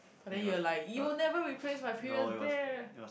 but then you're like you will never replace my previous bear